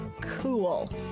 cool